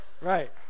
Right